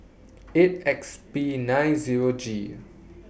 eight X P nine Zero G